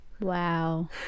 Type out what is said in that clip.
Wow